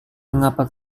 mengapa